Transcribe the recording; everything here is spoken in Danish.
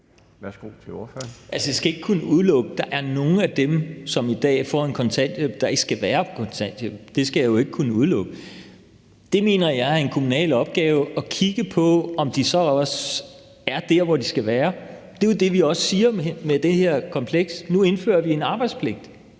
14:26 Kim Valentin (V): Jeg skal ikke kunne udelukke, at nogle af dem, som i dag får kontanthjælp, ikke skal være på kontanthjælp. Det skal jeg jo ikke kunne udelukke. Det mener jeg er en kommunal opgave, altså at kigge på, om de så også er der, hvor de skal være. Det er jo det, vi også siger med det her kompleks, altså at vi nu indfører en arbejdspligt.